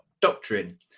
doctrine